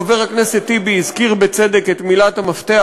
חבר הכנסת טיבי הזכיר בצדק את מילת המפתח,